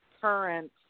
current